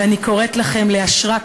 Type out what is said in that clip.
ואני קוראת לכם לאשרה,